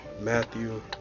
Matthew